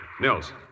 Nils